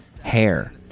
hair